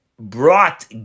Brought